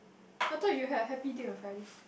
I thought you had a happy day on Friday